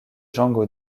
django